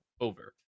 over